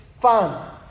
Fine